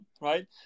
right